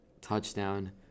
touchdown